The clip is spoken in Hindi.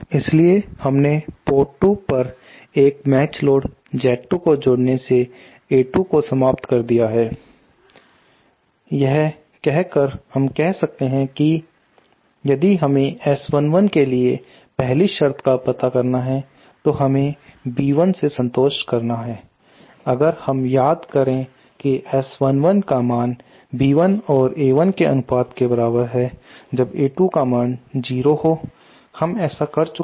इसलिए हमने पोर्ट 2 पर एक मैच लोड Z2 को जोड़ने से A2 को समाप्त कर दिया है इस यह कर सकते हैं कि यदि हमें S11 के लिए पहली शर्त का पता करना है तो हमें B1 से संतोष करना है अगर हम याद करें तो S11 का मान B1 और A1 के अनुपात के बराबर होता है जब A2 का मान 0 हो हम ऐसा कर चुके हैं